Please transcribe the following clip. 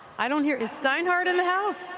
i don't hear is steinhardt in the house?